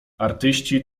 artyści